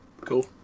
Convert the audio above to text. Cool